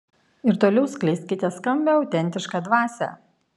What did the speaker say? ir toliau skleiskite skambią autentišką dvasią